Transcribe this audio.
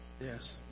yes